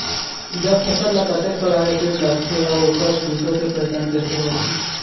जब फसल ला कतेक प्रकार के कीट लगथे अऊ ओकर कीटों के पहचान कैसे होथे?